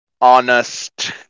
honest